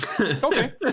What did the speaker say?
okay